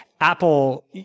Apple